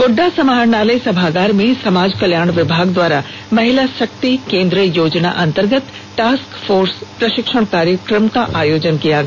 गोड़डा समाहरणालय सभागार में समाज कल्याण विभाग द्वारा महिला शक्ति केंद्र योजना अंतर्गत टास्क फोर्स प्रषिक्षण कार्यक्रम का आयोजन किया गया